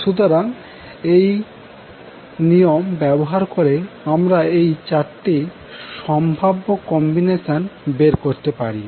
সুতরাং এই নিয়ম ব্যবহার করে আমরা এই 4 টি সম্ভাব্য কম্বিনেশন বের করতে পারি